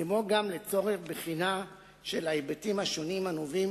כמו גם לצורך בחינה של ההיבטים השונים הנובעים